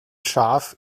schaf